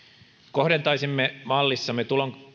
kohdentaisimme mallissamme